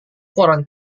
koran